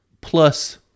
plus